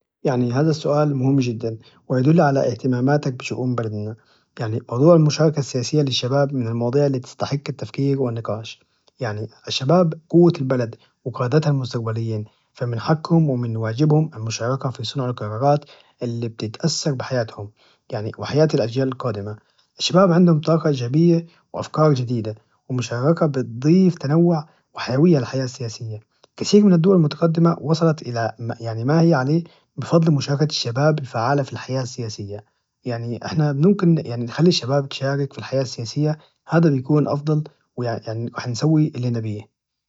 يعني هذا السؤال مهم جدا ويدل على اهتماماتك بشؤون بلدنا يعني موضوع المشاركة السياسية للشباب من المواضيع اللي تستحق التفكير والنقاش يعني الشباب قوة البلد وقادتها المستقبليين فمن حقهم وواجبهم المشاركة في صنع القرارات اللي بتتاثر بحياتهم وحياة الأجيال القادمة الشباب عندهم طاقة إيجابية وأفكار جديدة ومشاركة بتضيف تنوع وحيوية للحياة السياسية كثير من الدول المتقدمة وصلت يعني ما هي عليه بفضل مشاركة الشباب الفعالة بالحياة السياسية يعني احنا ممكن نخلي الشباب تشارك في الحياة السياسية هذا بيكون أفضل ويعني يعني هنسوي اللي نبيه